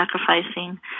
sacrificing